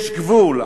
"יש גבול",